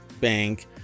bank